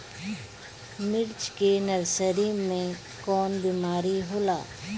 मिर्च के नर्सरी मे कवन बीमारी होला?